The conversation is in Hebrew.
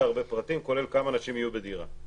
הרבה פרטים כולל כמה אנשים יהיו בדירה.